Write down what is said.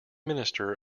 minister